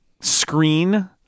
screen